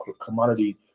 commodity